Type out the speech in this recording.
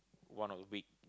one of the week